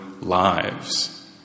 lives